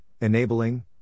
enabling